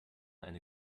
eine